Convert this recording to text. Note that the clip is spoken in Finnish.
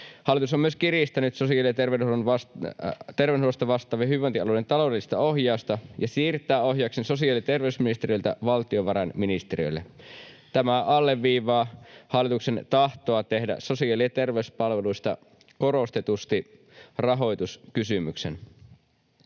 Hallitus on myös kiristänyt sosiaali‑ ja terveydenhuollosta vastaavien hyvinvointialueiden taloudellista ohjausta ja siirtää ohjauksen sosiaali‑ ja terveysministeriöltä valtiovarainministeriölle. Tämä alleviivaa hallituksen tahtoa tehdä sosiaali‑ ja terveyspalveluista korostetusti rahoituskysymys.